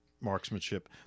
marksmanship